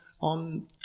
on